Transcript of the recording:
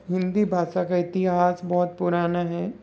हिंदी भाषा का इतिहास बहुत पुराना है